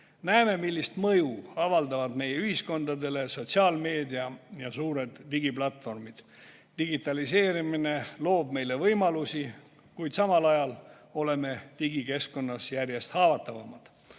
Näeme, millist mõju avaldavad meie ühiskondadele sotsiaalmeedia ja suured digiplatvormid. Digitaliseerimine loob meile võimalusi, kuid samal ajal oleme digikeskkonnas järjest haavatavamad.